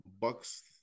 bucks